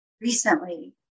recently